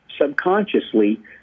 subconsciously